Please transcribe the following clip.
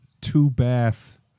two-bath